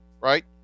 right